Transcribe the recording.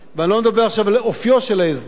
ואני לא מדבר עכשיו על אופיו של ההסדר,